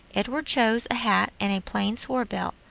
edward chose a hat and a plain sword-belt,